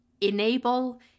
enable